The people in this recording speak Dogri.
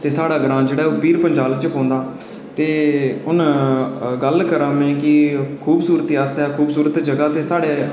साढ़ा ग्रांऽ जेह्ड़ा ऐ ओह् पीर पंजाल च पौंदा ते हून गल्ल करां मीं कि खूबसूरती आस्तै